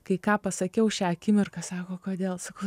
kai ką pasakiau šią akimirką sako kodėl sakau